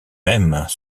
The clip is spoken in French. mêmes